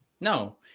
no